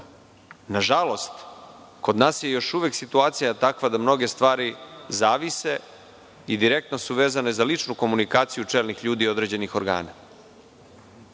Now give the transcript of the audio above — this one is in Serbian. sistemu. Nažalost, kod nas je još uvek situacija takva da mnoge stvari zavise i direktno su vezane za ličnu komunikaciju čelnih ljudi i određenih organa.